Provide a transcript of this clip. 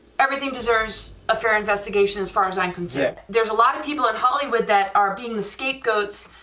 everything deserves a fair investigation as far as i'm concerned, there's a lot of people in hollywood that are being the scapegoats